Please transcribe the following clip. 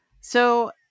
So-